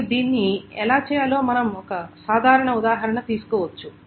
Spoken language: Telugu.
మరియు దీన్ని ఎలా చేయాలో మనం ఒక సాధారణ ఉదాహరణ తీసుకోవచ్చు